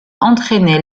entraînait